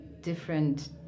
different